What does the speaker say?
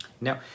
Now